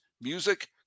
music